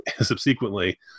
subsequently